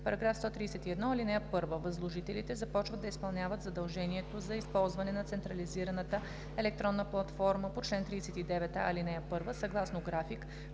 така: „§ 131. (1) Възложителите започват да изпълняват задължението за използване на централизираната електронна платформа по чл. 39а, ал. 1 съгласно график,